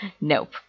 nope